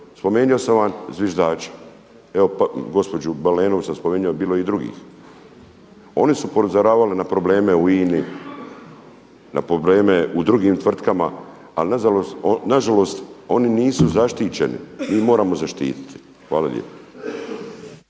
Spomenuo sam vam zviždače. Evo gospođu Balenović sam spomenuo, bilo je i drugih. Oni su upozoravali na probleme u INA-i, na probleme u drugim tvrtkama. Ali na žalost oni nisu zaštićeni, njih moramo zaštititi. Hvala lijepo.